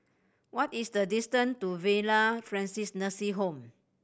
what is the distance to Villa Francis Nursing Home